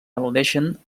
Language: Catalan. al·ludeixen